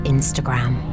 Instagram